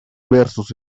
versos